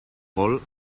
vol